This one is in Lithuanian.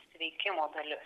sveikimo dalis